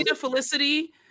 Felicity